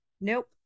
Nope